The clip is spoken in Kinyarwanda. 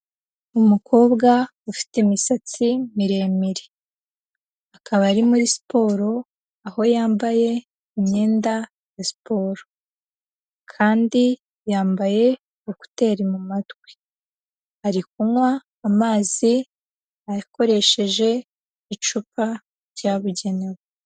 Umukobwa ufite imisatsi miremire. Akaba ari muri siporo, aho yambaye imyenda ya siporo kandi yambaye ekuteri mu matwi. Ari kunywa amazi akoresheje icupa ryabugenewe.